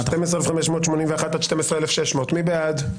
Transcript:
12,521 עד 12,540, מי בעד?